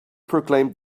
proclaimed